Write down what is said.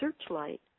searchlight